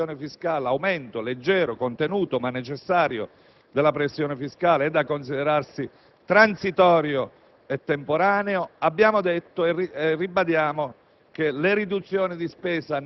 riduzione della pressione fiscale. L'aumento leggero, contenuto ma necessario della pressione fiscale, dunque, è da considerarsi transitorio e temporaneo. Abbiamo detto e ribadiamo